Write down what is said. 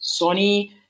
Sony